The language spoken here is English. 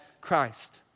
Christ